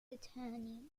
attorney